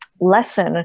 lesson